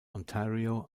ontario